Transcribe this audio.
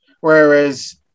whereas